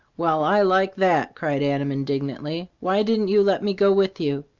well, i like that! cried adam, indignantly. why didn't you let me go with you?